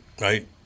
right